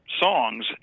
songs